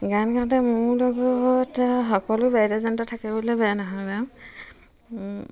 গান গাওঁতে মোৰ লগত সকলো বাদ্য়যন্ত্ৰ থাকে বুলিলেও বেয়া নহয় বাৰু